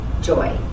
joy